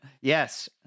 Yes